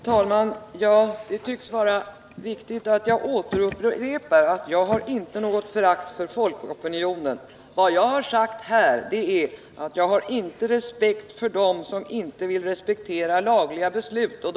Herr talman! Det tycks vara viktigt att jag upprepar att jag inte hyser något förakt för folkopinionen. Vad jag har sagt är att jag inte har respekt för dem som inte respekterar lagligt fattade beslut.